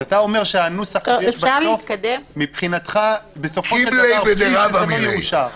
אז אתה אומר שמבחינתך בסופו של דבר הנוסח בלי זה לא יאושר?